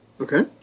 Okay